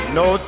no